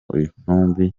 intumbi